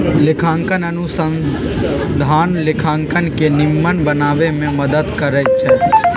लेखांकन अनुसंधान लेखांकन के निम्मन बनाबे में मदद करइ छै